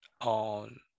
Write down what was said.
on